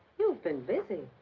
you've been busy.